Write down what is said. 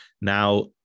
now